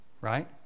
right